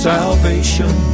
Salvation